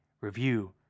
Review